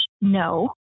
no